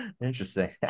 interesting